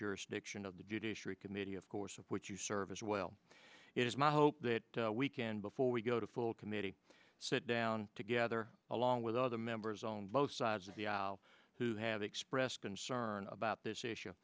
jurisdiction of the judiciary committee of course of which you serve as well it is my hope that we can before we go to full committee sit down together along with other members on both sides of the aisle who have expressed concern about this issue